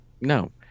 No